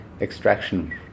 extraction